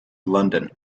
london